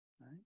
right